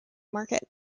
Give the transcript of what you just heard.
market